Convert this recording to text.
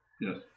Yes